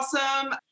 awesome